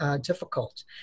difficult